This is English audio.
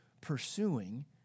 pursuing